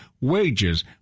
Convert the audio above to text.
wages